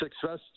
success